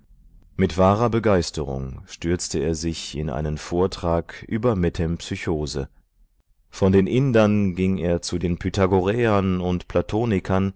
mit wahrer begeisterung stürzte er sich in einen vortrag über metempsychose von den indern ging er zu den pythagoräern und platonikern